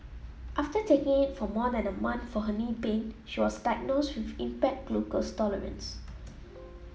after taking it for more than a month for her knee pain she was diagnosed with impaired glucose tolerance